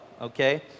okay